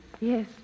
Yes